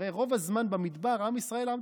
הרי רוב הזמן במדבר עם ישראל עמדו,